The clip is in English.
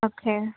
okay